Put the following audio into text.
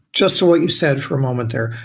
just so what you said for a moment there.